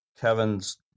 Kevin's